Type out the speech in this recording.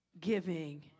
giving